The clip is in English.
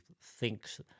thinks